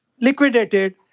liquidated